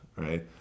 right